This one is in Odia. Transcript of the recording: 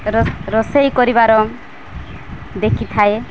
ରୋଷେଇ କରିବାର ଦେଖିଥାଏ